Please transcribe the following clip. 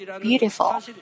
beautiful